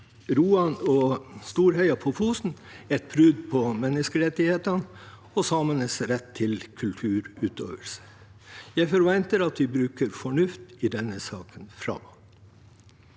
Roan og Storheia på Fosen er et brudd på menneskerettighetene og samenes rett til kulturutøvelse. Jeg forventer at vi bruker fornuft i denne saken framover.